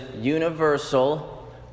universal